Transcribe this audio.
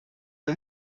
the